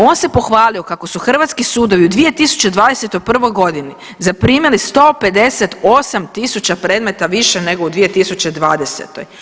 On se pohvalio kako su hrvatski sudovi u 2021.g. zaprimili 158.000 predmeta više nego u 2020.